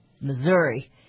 Missouri